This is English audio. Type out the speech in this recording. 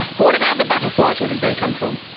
what about the butterflies, where do they come from?